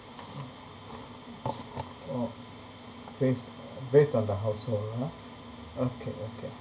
oh based based on the household ah okay okay